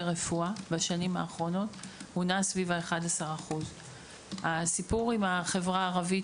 רפואה בשנים האחרונות נע סביב 11%. הסיפור עם החברה הערבית,